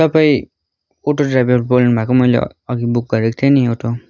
तपाईँ auto driver बोल्नुभएको मैले अघि बुक गरेको थिएँ नि अटो